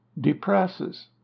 depresses